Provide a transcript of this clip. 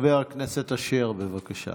חבר הכנסת אשר, בבקשה.